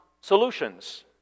solutions